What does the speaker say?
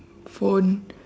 phone